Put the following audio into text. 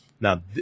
Now